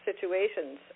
situations